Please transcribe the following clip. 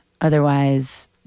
otherwise